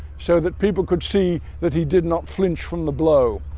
so that people could see that he did not flinch from the blow.